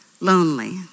lonely